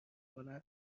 کنند